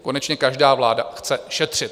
Konečně každá vláda chce šetřit.